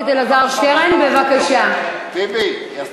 אני מסיים.